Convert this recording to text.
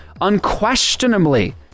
unquestionably